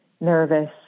nervous